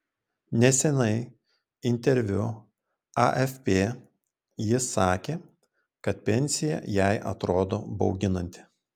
neseniai interviu afp ji sakė kad pensija jai atrodo bauginanti